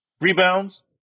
Rebounds